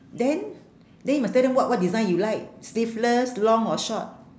then then you must tell them what what design you like sleeveless long or short